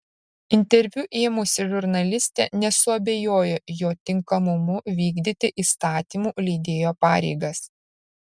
interviu ėmusi žurnalistė nesuabejojo jo tinkamumu vykdyti įstatymų leidėjo pareigas